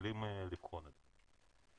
כלים לבחון את זה.